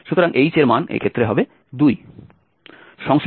সুতরাং h এর মান এক্ষেত্রে হবে 2